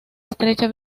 estrecha